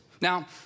Now